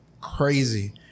crazy